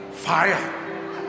Fire